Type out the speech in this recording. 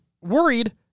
worried